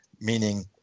meaning